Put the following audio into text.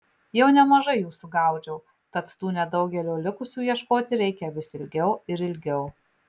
jau nemažai jų sugaudžiau tad tų nedaugelio likusių ieškoti reikia vis ilgiau ir ilgiau